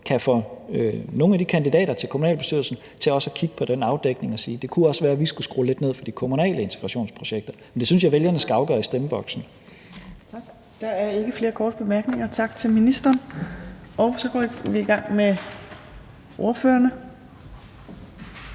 kan få nogle af kandidaterne til kommunalbestyrelserne til også at kigge på den afdækning og sige: Det kunne også være, at vi skulle skrue lidt ned for de kommunale integrationsprojekter. Det synes jeg at vælgerne skal afgøre i stemmeboksene. Kl. 17:28 Fjerde næstformand (Trine Torp): Der er ikke flere korte bemærkninger. Tak til ministeren. Så går vi i gang med ordførerne,